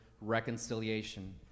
reconciliation